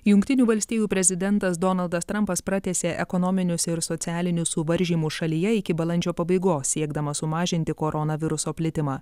jungtinių valstijų prezidentas donaldas trampas pratęsė ekonominius ir socialinius suvaržymus šalyje iki balandžio pabaigos siekdamas sumažinti koronaviruso plitimą